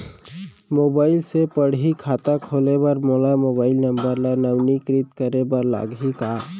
Mobile से पड़ही खाता खोले बर मोला मोबाइल नंबर ल नवीनीकृत करे बर लागही का?